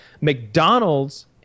McDonald's